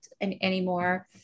anymore